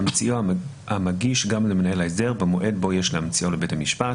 ימציאו המגיש גם למנהל ההסדר במועד בו יש להמציאו לבית המשפט.